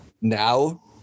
now